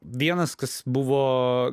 vienas kas buvo